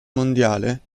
mondiale